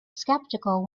skeptical